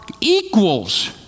equals